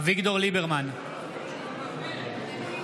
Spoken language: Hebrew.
אינו נוכח יאיר לפיד, נגד סימון